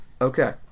Okay